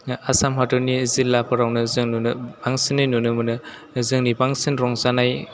आसाम हादरनि जिल्लाफोरावनो जों नुनो बांसिनै नुनो मोनो जोंनि बांसिन रंजानाय